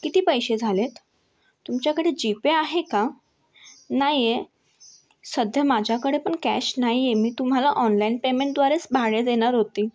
किती पैसे झालेत तुमच्याकडे जी पे आहे का नाही आहे सध्या माझ्याकडे पण कॅश नाही आहे मी तुम्हाला ऑनलाईन पेमेंटद्वारेच भाडं देणार होते